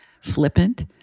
flippant